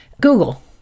Google